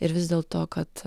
ir vis dėlto kad